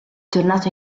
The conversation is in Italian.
tornato